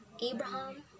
Abraham